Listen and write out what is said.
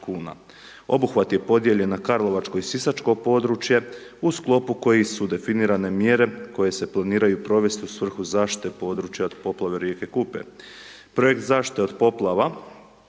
Obuhvat je podijeljen na karlovačko i sisačko područje u sklopu kojih su definirane mjere koje se planiraju provesti u svrhu zaštite područja od poplave rijeke Kupe. Projekt zaštite od poplava